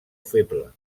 feble